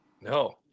no